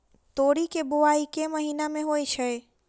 तोरी केँ बोवाई केँ महीना मे होइ छैय?